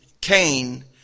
Cain